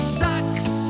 sucks